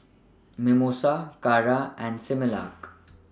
Mimosa Kara and Similac